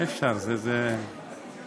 איך אפשר לטפל בהם?